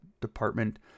department